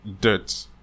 dirt